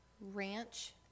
Ranch